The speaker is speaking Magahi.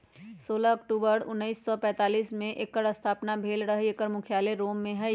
सोलह अक्टूबर उनइस सौ पैतालीस में एकर स्थापना भेल रहै एकर मुख्यालय रोम में हइ